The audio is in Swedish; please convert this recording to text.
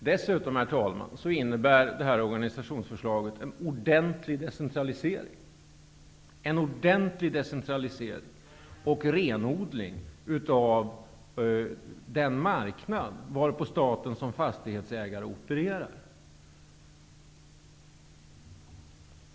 Dessutom, herr talman, innebär organisationsförslaget en ordentlig decentralisering och en renodling av den marknad varpå staten som fastighetsägare opererar.